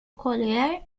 collier